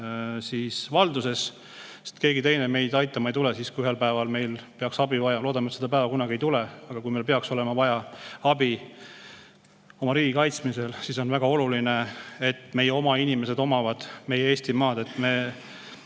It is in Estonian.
valduses, sest keegi teine meid aitama ei tule, kui ühel päeval meil peaks abi vaja [minema]. Loodame, et seda päeva kunagi ei tule, aga kui meil peaks olema vaja abi oma riigi kaitsmisel, siis on väga oluline, et meie inimesed omavad meie Eesti maad. Me